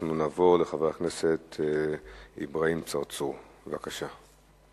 אנחנו נעבור לחבר הכנסת אברהים צרצור, בבקשה.